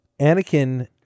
anakin